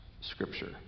Scripture